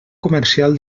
comercial